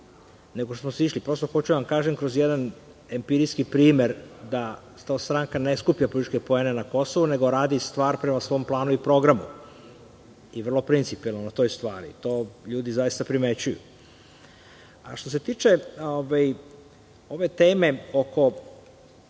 nego smo sišli. Prosto, hoću da vam kažem kroz jedan empirijski primer da stranka ne skuplja političke poene na Kosovu nego radi stvar prema svom planu i programu i vrlo principijelno na toj stvari, to ljudi zaista primećuju. Što se tiče ove teme oko